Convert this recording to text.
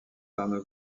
arnaud